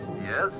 Yes